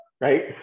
right